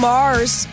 Mars